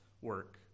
work